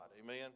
Amen